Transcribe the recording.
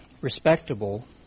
respectable